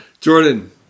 Jordan